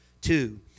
two